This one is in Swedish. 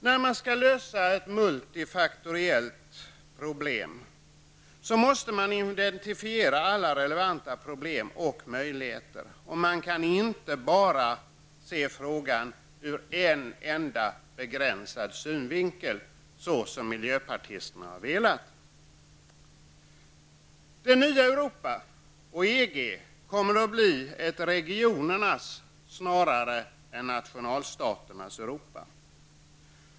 När man skall lösa ett multifaktoriellt problem måste man identifiera alla relevanta problem och möjligheter. Man kan inte bara se frågan ur en enda begränsad synvinkel såsom miljöpartisterna har velat. Det nya Europa och EG blir ett regionernas snarare än nationalstaternas Europa.